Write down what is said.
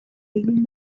egin